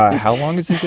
ah how long is